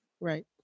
right